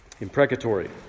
Imprecatory